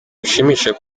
bishimishije